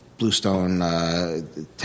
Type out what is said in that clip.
Bluestone